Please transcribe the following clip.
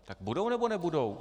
Tak budou, nebo nebudou?